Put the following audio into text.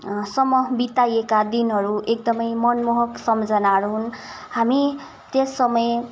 सम्म बिताइएका दिनहरू एकदमै मनमोहक सम्झनाहरू हुन् हामी त्यस समय